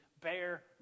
Bear